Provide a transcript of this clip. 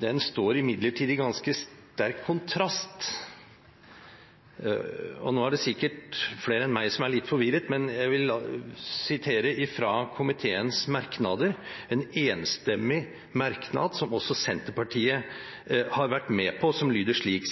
Den står imidlertid i ganske sterk kontrast til – nå er det sikkert flere enn meg som er litt forvirret – det som står i komiteens merknader, en enstemmig merknad som også Senterpartiet har vært med på, og som lyder slik: